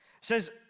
says